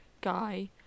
guy